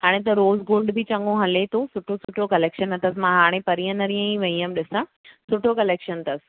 हाणे त rose gold बि चङो हले थो सुठो सुठो कलेक्शन अथसि मां हाणे परीहं नरीहं ई वेई हुअमि ॾिसणु सुठो कलेक्शन अथसि